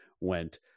went